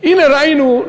הנה, ראינו.